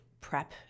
prep